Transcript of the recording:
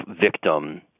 victim